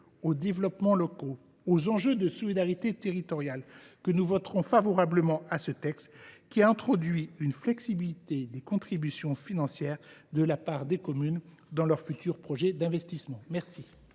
de développement locaux et de solidarité territoriale, que nous voterons en faveur de ce texte, qui introduit une flexibilité des contributions financières de la part des communes dans leurs futurs projets d’investissement. La